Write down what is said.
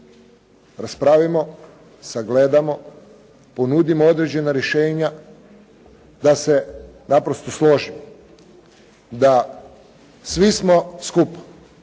raspravimo, sagledamo, ponudimo određena rješenja, da se naprosto složimo, da svi smo skupa